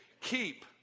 keep